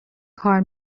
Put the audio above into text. کار